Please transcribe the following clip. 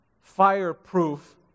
fireproof